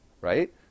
right